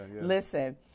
Listen